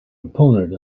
opponent